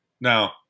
Now